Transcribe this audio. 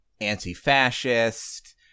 anti-fascist